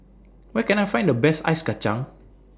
Where Can I Find The Best Ice Kachang